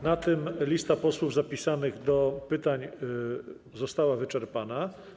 Na tym lista posłów zapisanych do pytań została wyczerpana.